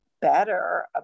better